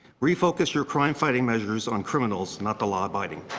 refocus your crime fighting measures on criminals not the law abiding.